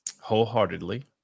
wholeheartedly